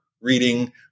reading